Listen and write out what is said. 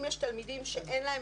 אם יש תלמידים שאין להם